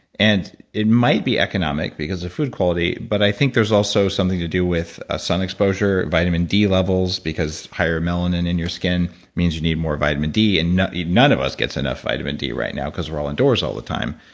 and it might be economic because the food quality, but i think there's also something to do with a sun exposure vitamin d levels because higher melanin in your skin means you need more vitamin d and none of us gets enough vitamin d right now because we're all indoors all the time,